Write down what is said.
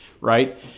right